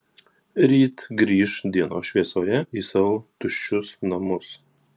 ryt grįš dienos šviesoje į savo tuščius namus